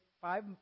five